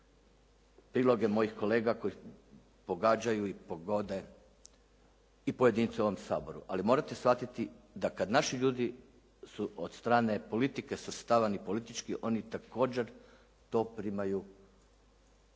priloge mojih kolega koji pogađaju i pogode i pojedince u ovom Saboru, ali morate shvatiti da kad naši ljudi su od strane politike svrstavani politički oni također to primaju